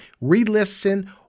re-listen